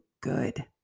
good